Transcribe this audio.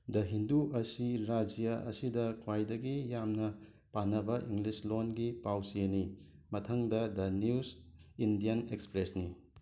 ꯗ ꯍꯤꯟꯗꯨ ꯑꯁꯤ ꯔꯥꯖ꯭ꯌ ꯑꯁꯤꯗ ꯈ꯭ꯋꯥꯏꯗꯒꯤ ꯌꯥꯝꯅ ꯄꯥꯅꯕ ꯏꯪꯂꯤꯁ ꯂꯣꯟꯒꯤ ꯄꯥꯎ ꯆꯦꯅꯤ ꯃꯊꯪꯗ ꯗ ꯅ꯭ꯌꯨꯁ ꯏꯟꯗꯤꯌꯟ ꯑꯦꯛꯁꯄ꯭ꯔꯦꯁꯅꯤ